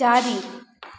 चारि